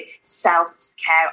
self-care